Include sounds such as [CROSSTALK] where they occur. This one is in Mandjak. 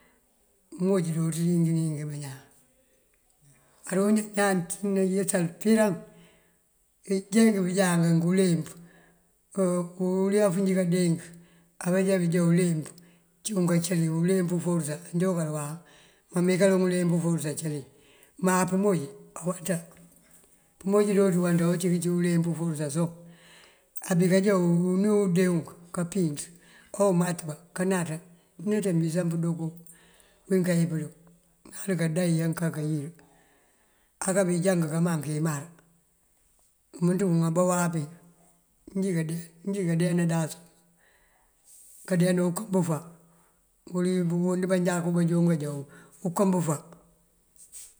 Umooj jooţ lingi lingik bañaan, aronjá ñaan kací nayësal píraŋ. Bunjeenk bunjá ank ngëleemp, [HESITATION] ulef njí kande ink abunjá bujá uleemp cíwun kacëli ajá bëkël uleemp uforësa. Anjá bëkël wawu má mee kaloŋ uleemp uforësa acëli má pëmooj awaţa. Pëmooj jooţ uwaţa ocí kaloŋ uleemp uforësa soŋ abí kajá unú uwí undee wunk kampíinţ omatëbá kanaţa ineeţe ambísan pëndoo koowí ká wí pëndoo. Ŋal kandayi anká kayir, aká bínjank kamaŋ keemar imënţ yun abá wáap ink njí kandee ndasum. Kandeena unkëŋ bëfá uwël wí manjakú banjon joonjá wunkëb bëfá.